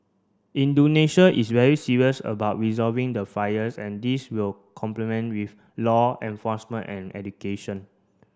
Indonesia is very serious about resolving the fires and this will complement with law enforcement and education